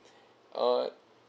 uh